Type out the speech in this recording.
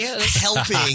helping